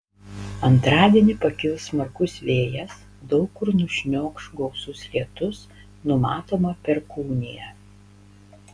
antradienį pakils smarkus vėjas daug kur nušniokš gausus lietus numatoma perkūnija